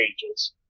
pages